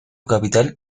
capital